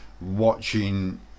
watching